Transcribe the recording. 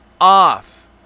off